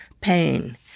pain